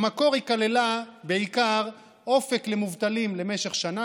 במקור היא כללה בעיקר אופק למובטלים למשך שנה,